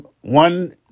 one